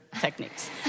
techniques